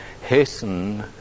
Hasten